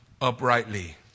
uprightly